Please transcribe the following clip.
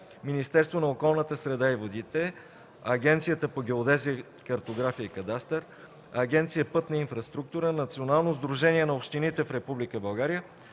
Министерството на околната среда и водите, Агенцията по геодезия, картография и кадастър, Агенция „Пътна инфраструктура”, Националното сдружение на общините в